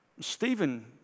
Stephen